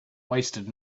wasted